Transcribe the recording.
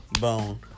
Bone